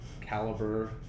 caliber